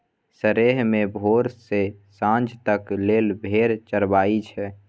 सरेह मे भोर सँ सांझ तक लेल भेड़ चरबई छै